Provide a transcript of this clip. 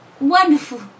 wonderful